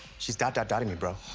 she's dot-dot-dotting me, bro.